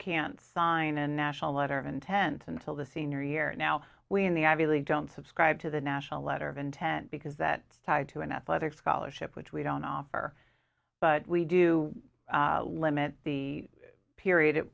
can't sign a national letter of intent until the senior year now we in the ivy league don't subscribe to the national letter of intent because that is tied to an athletic scholarship which we don't offer but we do limit the